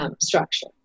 structure